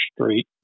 Street